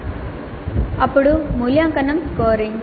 అప్పుడు మూల్యాంకనం స్కోరింగ్